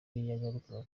yagarukaga